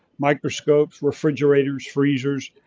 microscopes, refrigerators, freezers,